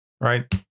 right